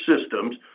systems